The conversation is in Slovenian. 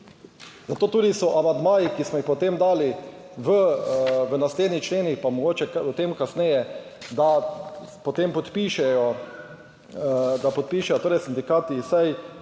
Zato tudi so amandmaji, ki smo jih potem dali v naslednjih členih, pa mogoče o tem kasneje, da potem podpišejo torej sindikati vsaj